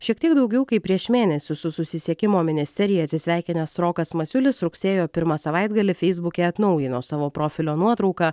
šiek tiek daugiau kaip prieš mėnesį su susisiekimo ministerija atsisveikinęs rokas masiulis rugsėjo pirmą savaitgalį feisbuke atnaujino savo profilio nuotrauką